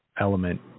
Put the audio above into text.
element